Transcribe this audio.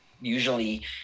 usually